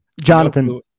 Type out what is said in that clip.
Jonathan